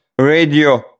radio